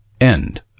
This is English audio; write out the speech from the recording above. End